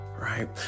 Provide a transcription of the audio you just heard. right